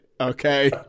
Okay